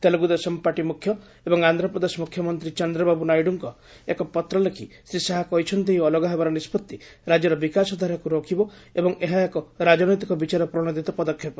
Telugu Desam party ମୁଖ୍ୟ ଏବଂ ଆନ୍ଧ୍ରପ୍ରଦେଶ ମୁଖ୍ୟମନ୍ତ୍ରୀ ଚନ୍ଦ୍ରବାବୁ ନାଇଡୁଙ୍କୁ ଏକ ପତ୍ର ଲେଖି ଶ୍ରୀ ଶାହା କହିଛନ୍ତି ଏହି ଅଲଗା ହେବାର ନିଷ୍କଭି ରାଜ୍ୟର ବିକାଶଧାରାକୃ ରୋକିବ ଏବଂ ଏହା ଏକ ରାଜନୈତିକ ବିଚାର ପ୍ରଣୋଦିତ ପଦକ୍ଷେପ